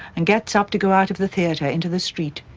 and gets up to go out of the theater into the street,